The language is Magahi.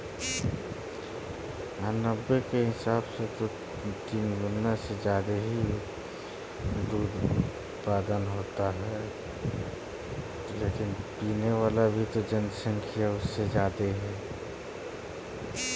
नब्बे के दशक के तुलना में भारत में आज तीन गुणा से अधिक दूध उत्पादन होते हई